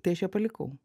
tai aš ją palikau